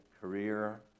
career